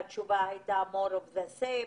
שהרווחה מנסים ללמוד את התוצאות של החודשיים